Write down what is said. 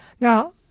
Now